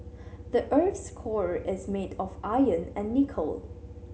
the earth's core is made of iron and nickel